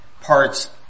parts